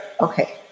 Okay